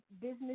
business